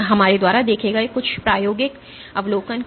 हमारे द्वारा देखे गए कुछ प्रायोगिक अवलोकन क्या हैं